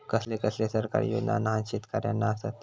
कसले कसले सरकारी योजना न्हान शेतकऱ्यांना आसत?